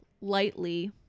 lightly